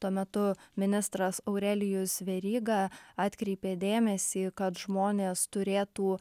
tuo metu ministras aurelijus veryga atkreipė dėmesį kad žmonės turėtų